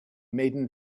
maiden